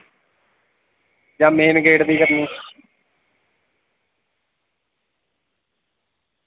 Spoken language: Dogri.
जां मेन गेट दी करनी